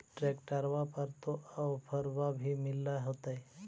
ट्रैक्टरबा पर तो ओफ्फरबा भी मिल होतै?